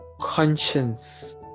conscience